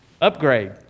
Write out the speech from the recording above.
upgrade